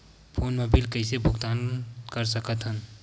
Phone मा bill कइसे भुक्तान साकत हन?